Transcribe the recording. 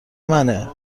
منه